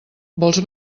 vols